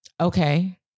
Okay